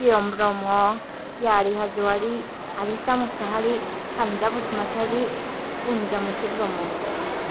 Priyam Brahma Phiyari Hajowary Alisa Mushahary Phanja Basumatary Phungjamuthi Brahma